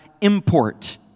import